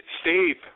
steve